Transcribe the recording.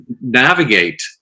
navigate